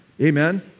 Amen